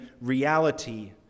reality